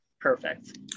perfect